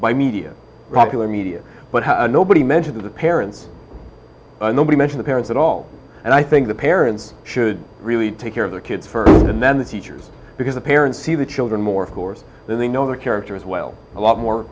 by media regular media but nobody mentioned the parents nobody mention the parents at all and i think the parents should really take care of the kids first and then the teachers because the parents see the children more of course they know her character as well a lot more